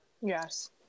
yes